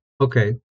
okay